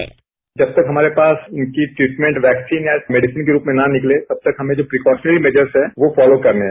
bite जब तक हमारे पास उनकी ट्रीटमेंट वैक्सीन या मेडिसिन के रूप में ना निकले तब तक हमें जो प्रीकॉश्नरी मेजर्स हैं वो फॉलो करने हैं